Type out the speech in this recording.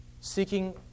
seeking